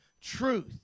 truth